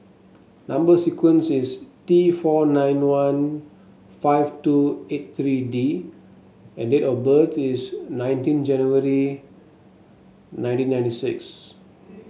number sequence is T four nine one five two eight three D and date of birth is nineteen January nineteen ninety six